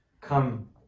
come